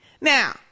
Now